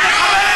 את לא תקראי